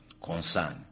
concern